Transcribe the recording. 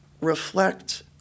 reflect